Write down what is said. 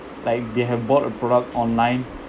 like they have bought a product online